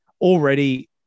already